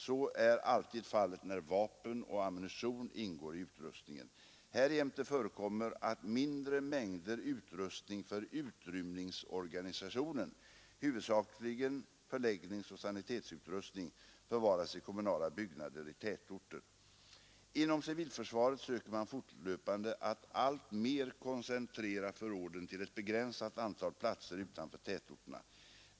Så är alltid fallet när vapen och ammunition ingår i imte förekommer att mindre mängder utrustning för Inom civilförsvaret söker man fortlöpande att alltmer koncentrera förråden till ett begränsat antal platser utanför tätorterna.